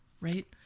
right